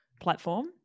platform